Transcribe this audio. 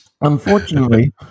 Unfortunately